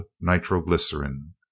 nitroglycerin